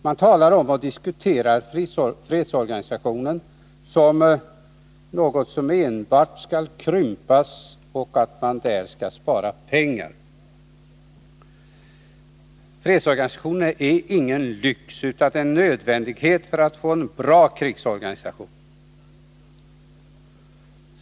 Man talar om och diskuterar fredsorganisationen som något som enbart skall krympas och där man skall spara pengar. Fredsorganisationen är ingen lyx utan en nödvändighet för att få en bra krigsorganisation.